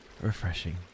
refreshing